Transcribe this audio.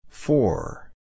Four